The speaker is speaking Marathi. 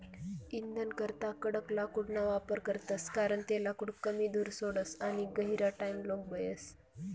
इंधनकरता कडक लाकूडना वापर करतस कारण ते लाकूड कमी धूर सोडस आणि गहिरा टाइमलोग बयस